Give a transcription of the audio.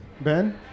Ben